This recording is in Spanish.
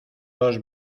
dos